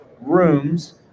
rooms